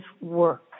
work